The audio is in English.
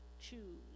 choose